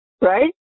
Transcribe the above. right